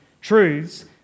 truths